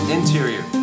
Interior